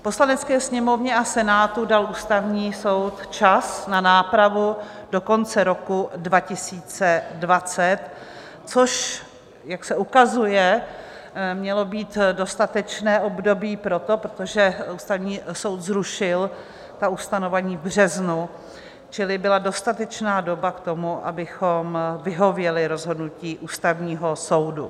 Poslanecké sněmovně a Senátu dal Ústavní soud čas na nápravu do konce roku 2020, což, jak se ukazuje, mělo být dostatečné období pro to, protože Ústavní soud zrušil ta ustanovení v březnu, čili byla dostatečná doba k tomu, abychom vyhověli rozhodnutí Ústavního soudu.